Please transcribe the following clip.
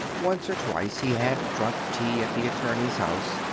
once or twice he had drunk tea at the attorney's house,